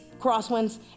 crosswinds